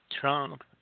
trump